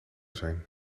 zijn